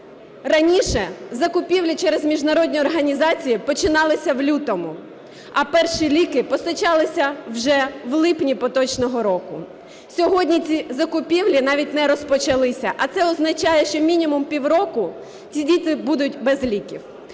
раніше закупівлі через міжнародні організації починалися в лютому, а перші ліки постачалися вже в липні поточного року. Сьогодні ці закупівлі навіть не розпочалися. А це означає, що мінімум півроку ці діти будуть без ліків.